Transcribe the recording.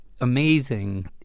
amazing